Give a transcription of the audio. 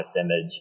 image